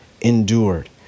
endured